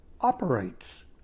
operates